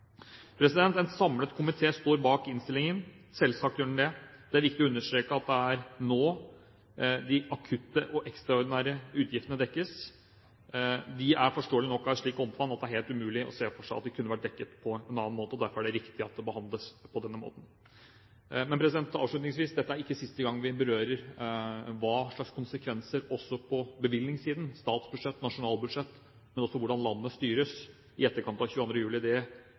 samlet komité står bak innstillingen – selvsagt gjør den det. Det er viktig å understreke at det er nå de akutte og ekstraordinære utgiftene dekkes. De er forståelig nok av et slikt omfang at det er helt umulig å se for seg at de kunne vært dekket på en annen måte. Derfor er det riktig at det behandles på denne måten. Avslutningsvis: Dette er ikke siste gang vi berører konsekvensene også på bevilgningssiden – statsbudsjett, nasjonalbudsjett – men også hvordan landet styres, i etterkant av 22. juli. Stortinget vil komme tilbake og diskutere en rekke ting, men vi synes ikke tiden er